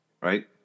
Right